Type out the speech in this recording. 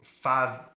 five